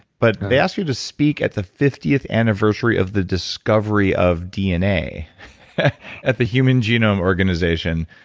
but they asked you to speak at the fiftieth anniversary of the discovery of dna at the human genome organization.